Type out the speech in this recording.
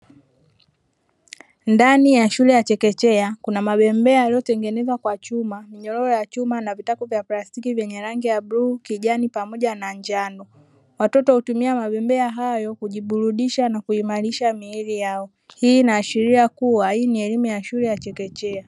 Ndani ya shule ya chekechea, kuna mabembea yaliyotengenezwa kwa chuma, minyororo ya chuma na vitako vya plastiki vyenye rangi ya bluu, kijani pamoja na njano. Watoto hutumia mabembea hayo kujiburudisha na kuimarisha miili yao. Hii inaashiria kuwa hii ni elimu ya shule ya chekechea.